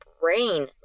brain